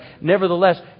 nevertheless